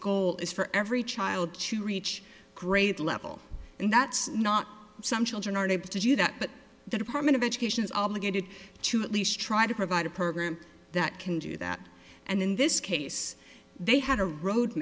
goal is for every child to reach a grade level and that's not some children are unable to do that but the department of education's obligated to at least try to provide a program that can do that and in this case they had a